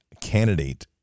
candidate